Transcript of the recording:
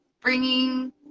bringing